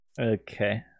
okay